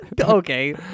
Okay